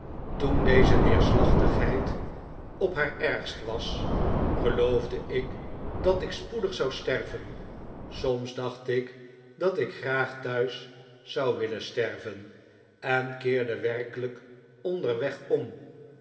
toen deze neerslachtigheid op haar ergst was geloofde ik dat ik spoedig zou sterven soms dacht ik dat ik graag thuis zou willen sterven en keerde werkelijk onderweg om